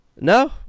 No